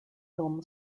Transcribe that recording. film